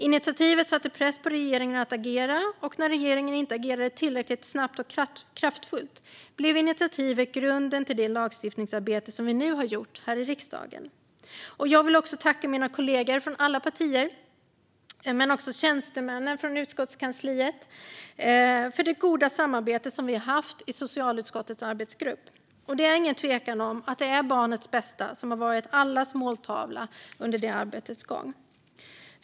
Initiativet satte press på regeringen att agera, och när regeringen inte agerade tillräckligt snabbt och kraftfullt blev initiativet grunden till det lagstiftningsarbete som vi nu har gjort här i riksdagen. Jag vill också tacka mina kolleger från alla partier men också tjänstemännen från utskottskansliet för det goda samarbete som vi har haft i socialutskottets arbetsgrupp. Det råder ingen tvekan om att barnets bästa har varit allas måltavla under arbetets gång.